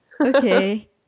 okay